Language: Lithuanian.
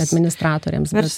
administratorėms bet